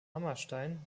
hammerstein